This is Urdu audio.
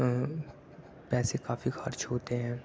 پیسے کافی خرچ ہوتے ہیں